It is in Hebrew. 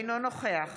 אינו נוכח